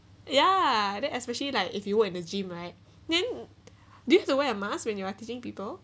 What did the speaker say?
ya then especially like if you were in a gym right then do you have to wear a mask when you're teaching people